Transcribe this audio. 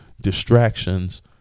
distractions